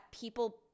people